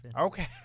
Okay